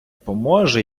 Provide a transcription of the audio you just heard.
поможе